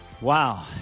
Wow